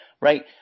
right